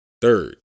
Third